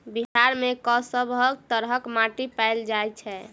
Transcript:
बिहार मे कऽ सब तरहक माटि पैल जाय छै?